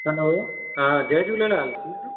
hello हा जय झूलेलाल